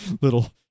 little